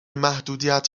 محدودیت